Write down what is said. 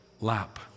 lap